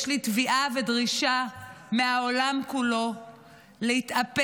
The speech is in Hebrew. יש לי תביעה ודרישה מהעולם כולו להתאפס